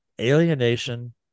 alienation